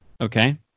okay